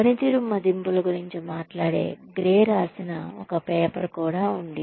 పనితీరు మదింపుల గురించి మాట్లాడే గ్రే రాసిన ఒక పేపర్ ఉంది